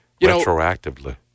retroactively